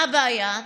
מה הבעיה?